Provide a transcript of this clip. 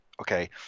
Okay